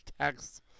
text